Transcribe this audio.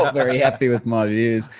like very happy with my views.